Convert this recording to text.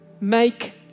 make